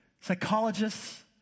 psychologists